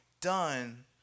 done